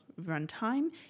runtime